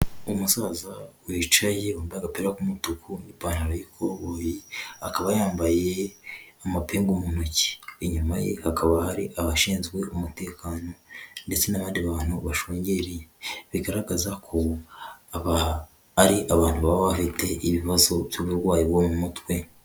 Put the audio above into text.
Umusaza wicaye wamabye agapira k'umutuku n'ipantaro y'ikoboyi, akaba yambaye amapingu mu ntoki, inyuma ye hakaba hari abashinzwe umutekano ndetse n'abandi bantu bashungereye, bigaragaza ko aba ari abantu baba bafite ibibazo by'uburwayi bwo mu mutwe.